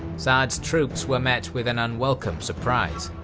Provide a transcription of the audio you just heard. sa'd's troops were met with an unwelcome surprise.